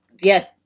yes